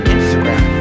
Instagram